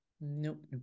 nope